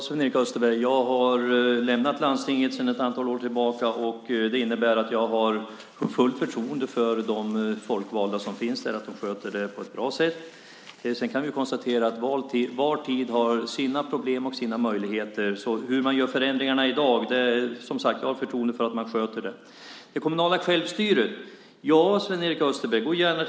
Fru talman! Jag lämnade landstinget för ett antal år sedan. Jag har fullt förtroende för att de folkvalda som finns där sköter det på ett bra sätt. Sedan kan vi konstatera att var tid har sina problem och sina möjligheter. Hur man än gör förändringar i dag har jag förtroende för att man sköter det. Sven-Erik Österberg talar om det kommunala självstyret.